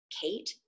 Kate